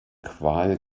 qual